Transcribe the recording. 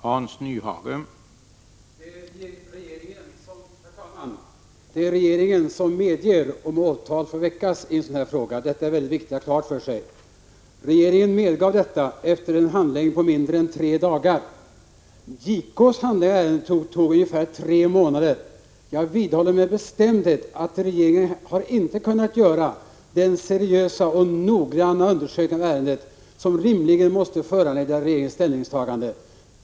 Herr talman! Det är regeringen som medger om åtal får väckas i sådana här frågor. Detta är mycket viktigt att ha klart för sig. Regeringen medgav detta efter en handläggning på mindre än tre dagar. JK:s handläggning av ärendet tog ungefär tre månader. Jag vidhåller med bestämdhet att regeringen inte har kunnat göra den seriösa och noggranna undersökning av ärendet som rimligen måste föregå regeringens ställningstagande.